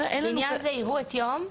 לעניין זה יראו את יום?